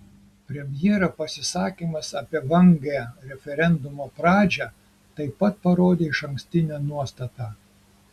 premjero pasisakymas apie vangią referendumo pradžią taip pat parodė išankstinę nuostatą